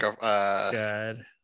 God